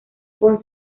bond